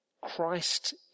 Christ